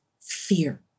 fear